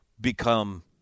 become